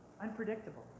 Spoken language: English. unpredictable